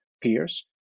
peers